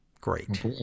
Great